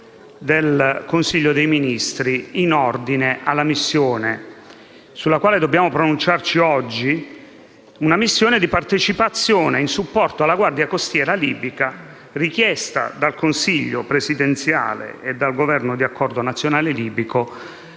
del Consiglio dei ministri in ordine alla missione sulla quale dobbiamo pronunciarci oggi, una missione di partecipazione in supporto alla Guardia costiera libica richiesta dal Consiglio presidenziale e dal Governo di accordo nazionale libico